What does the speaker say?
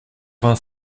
vingt